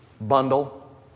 bundle